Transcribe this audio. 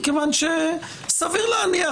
מכיוון שסביר להניח,